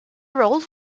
roles